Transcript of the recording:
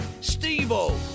Steve-O